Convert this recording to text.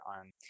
on